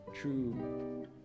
true